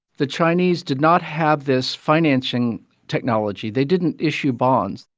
the chinese did not have this financing technology. they didn't issue bonds.